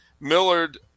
Millard